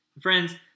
Friends